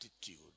attitude